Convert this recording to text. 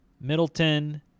middleton